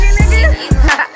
nigga